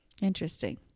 Interesting